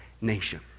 nation